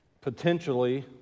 potentially